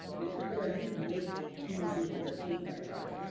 it's because i didn't make human beings that take my time,